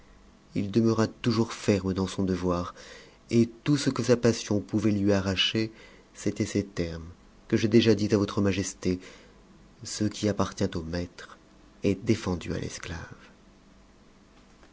il demeura toujours ferme dans son devoir et tout ce que sa passion pouvait lui arracher c'étaient termes que j'ai déjà dits à votre majesté ce qui appartient au mattre est défendu à l'esclave